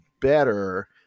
better